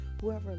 whoever